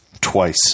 twice